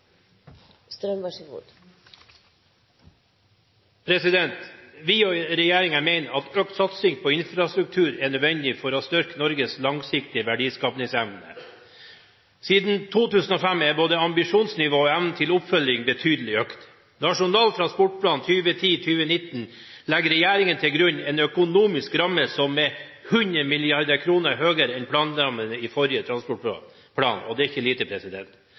nødvendig for å styrke Norges langsiktige verdiskapingsevne. Siden 2005 har både ambisjonsnivået økt og evnen til oppfølging er blitt betydelig bedre. I Nasjonal transportplan 2010–2019 legger regjeringen til grunn en økonomisk ramme som er 100 mrd. kr høyere enn planrammen i foregående transportplan. Det er ikke lite!